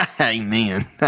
Amen